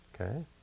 Okay